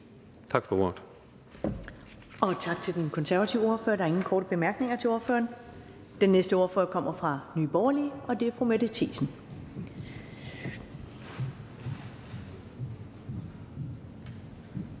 (Karen Ellemann): Tak til den konservative ordfører. Der er ingen korte bemærkninger til ordføreren. Den næste ordfører kommer fra Nye Borgerlige, og det er fru Mette Thiesen.